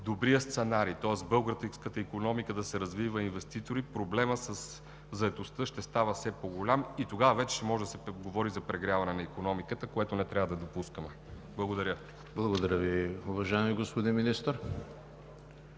добрия сценарий, тоест българската икономика да се развива с инвеститори, проблемът със заетостта ще става все по-голям и тогава вече ще може да се говори за прегряване на икономиката, което не трябва да допускаме. Благодаря. ПРЕДСЕДАТЕЛ ЕМИЛ ХРИСТОВ: Благодаря Ви, уважаеми господин Министър.